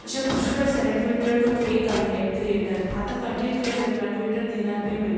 अशा पुष्कळ साऱ्या Twitter to pay content creator आता कंटेन क्रिएटरला ट्विटर देणार पेमेंट